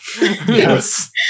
Yes